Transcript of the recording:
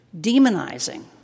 demonizing